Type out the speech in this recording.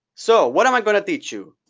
so what am i going to teach you?